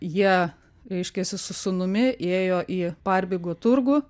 jie reiškiasi su sūnumi ėjo į parbigo turgų